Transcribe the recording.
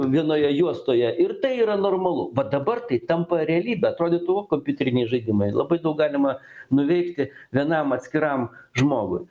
vienoje juostoje ir tai yra normalu va dabar tai tampa realybe atrodytų o kompiuteriniai žaidimai labai daug galima nuveikti vienam atskiram žmogui